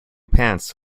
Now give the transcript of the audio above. pants